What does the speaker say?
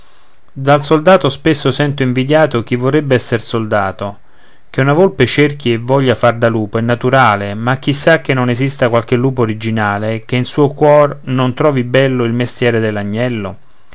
dal soldato spesso sento invidiato chi vorrebbe esser soldato che una volpe cerchi e voglia far da lupo è naturale ma chi sa che non esista qualche lupo originale che in suo cor non trovi bello il mestiere